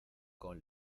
con